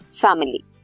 family